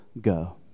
go